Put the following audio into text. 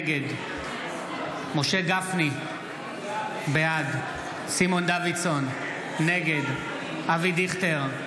נגד משה גפני, בעד סימון דוידסון, נגד אבי דיכטר,